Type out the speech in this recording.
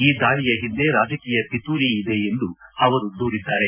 ಈ ದಾಳಿಯ ಹಿಂದೆ ರಾಜಕೀಯ ಪಿತೂರಿ ಇದೆ ಎಂದು ಅವರು ದೂರಿದ್ದಾರೆ